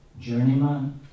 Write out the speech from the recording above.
journeyman